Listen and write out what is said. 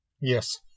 Yes